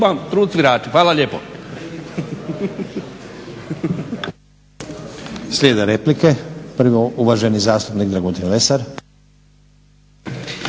Hvala lijepo.